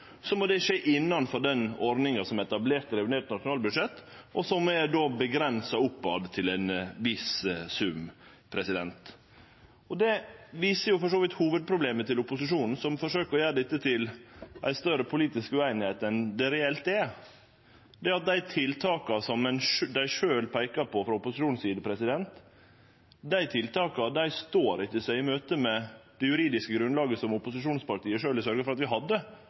må det skje innanfor den ordninga som er etablert i revidert nasjonalbudsjett, som då er avgrensa opp til ein viss sum. Det viser for så vidt hovudproblemet til opposisjonen, som forsøkjer å gjere dette til ei større politisk ueinigheit enn det reelt er, ved at dei tiltaka som ein sjølv peiker på frå opposisjonens side, ikkje står seg i møte med det juridiske grunnlaget som opposisjonspartia sjølve har sørgja for at vi